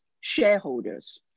shareholders